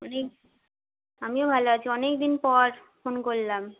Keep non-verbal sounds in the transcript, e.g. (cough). (unintelligible) আমিও ভালো আছি অনেকদিন পর ফোন করলাম